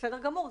בסדר גמור.